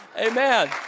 Amen